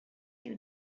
you